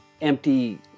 empty